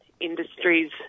industries